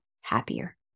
happier